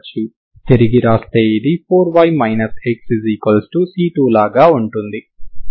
తిరిగి వ్రాస్తే ఇది 4y x C2 లాగా ఉంటుంది